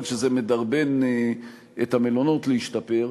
הגיע הזמן שתבינו, אתם גם לא מבינים בטרור,